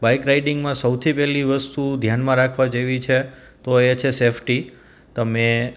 bike રાઇડિંગમાં સૌથી પહેલી વસ્તુ ધ્યાનમાં રાખવા જેવી છે તો એ છે સેફટી તમે